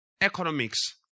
economics